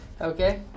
Okay